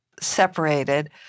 separated